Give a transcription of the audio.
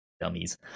dummies